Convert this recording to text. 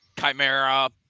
Chimera